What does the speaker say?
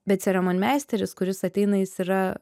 bet ceremonmeisteris kuris ateina jis yra